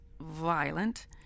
violent